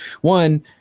one